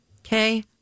Okay